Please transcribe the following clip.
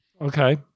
Okay